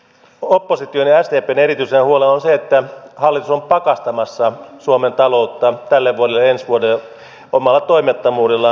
opposition ja sdpn erityisenä huolena on se että hallitus on pakastamassa suomen taloutta tälle vuodelle ja ensi vuodelle omalla toimettomuudellaan